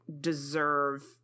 deserve